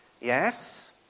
Yes